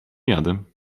jadem